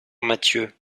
mathieu